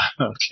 Okay